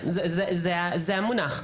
זה המונח.